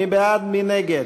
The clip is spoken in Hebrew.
יעל גרמן,